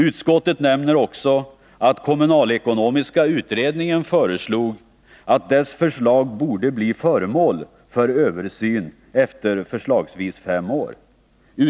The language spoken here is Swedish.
Utskottet nämner också att kommunalekonomiska utredningen menade att dess förslag borde bli föremål för översyn efter förslagsvis fem år.